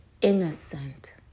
innocent